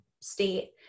state